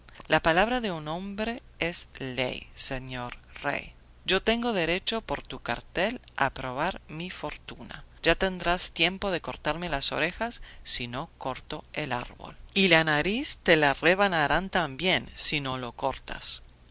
la palabra de un hombre es ley señor rey yo tengo derecho por tu cartel a probar mi fortuna ya tendrás tiempo de cortarme las orejas si no corto el árbol y la nariz te la rebanarán también si no lo cortas